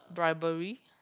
bribery